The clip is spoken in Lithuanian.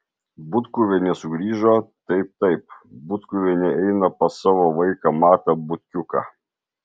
butkuvienė sugrįžo taip taip butkuvienė eina pas savo vaiką matą butkiuką